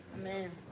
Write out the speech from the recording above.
Amen